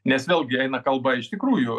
nes vėlgi eina kalba iš tikrųjų